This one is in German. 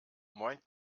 moin